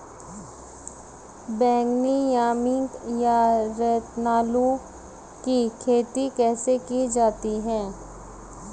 बैगनी यामी या रतालू की खेती कैसे की जाती है?